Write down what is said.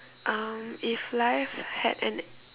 um if life had an